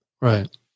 right